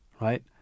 right